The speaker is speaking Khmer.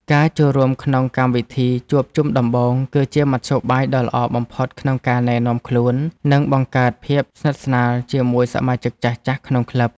ការចូលរួមក្នុងកម្មវិធីជួបជុំដំបូង គឺជាមធ្យោបាយដ៏ល្អបំផុតក្នុងការណែនាំខ្លួន និងបង្កើតភាពស្និទ្ធស្នាលជាមួយសមាជិកចាស់ៗក្នុងក្លឹប។